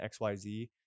XYZ